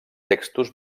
textos